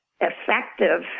effective